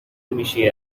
میشی